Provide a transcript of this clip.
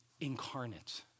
incarnate